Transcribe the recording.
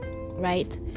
right